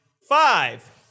five